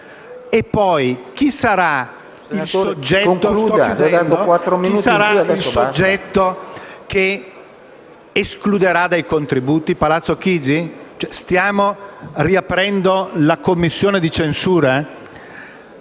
- poi - il soggetto che escluderà dai contributi? Palazzo Chigi? Stiamo riaprendo la commissione di censura?